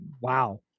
wow